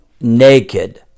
naked